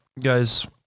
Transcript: guys